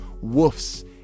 woofs